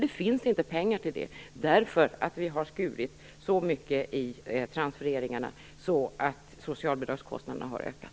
Det finns inte pengar till det, därför att vi har skurit så mycket i transfereringarna att socialbidragskostnaderna har ökat.